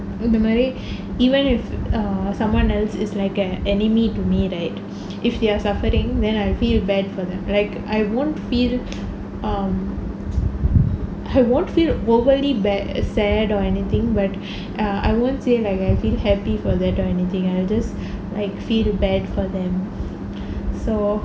normally even if err someone else is like an enemy to me right if they're suffering then I feel bad for them like I won't feel um I won't feel overly bad sad or anything but I won't say like I feel happy for that or anything I will just like feel bad for them so